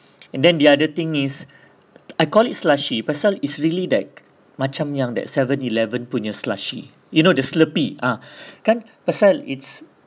and then the other thing is I call it slushy pasal is really that k~ macam yang that seven eleven punya slushy you know the Slurpee ah kan pasal it's